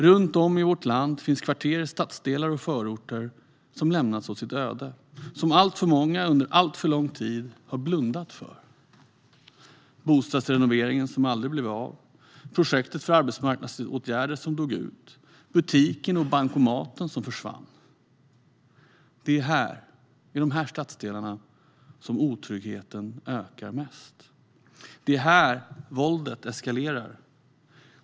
Runt om i vårt land finns kvarter, stadsdelar och förorter som har lämnats åt sitt öde, vilket alltför många under alltför lång tid har blundat för. Det handlar om bostadsrenoveringen som aldrig blev av, projektet för arbetsmarknadsåtgärder som dog ut och butiken och bankomaten som försvann. Det är i dessa stadsdelar som otryggheten ökar mest. Det är här våldet eskalerar.